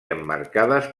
emmarcades